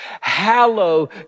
hallow